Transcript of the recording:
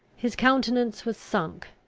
his countenance was sunk,